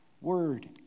word